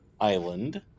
Island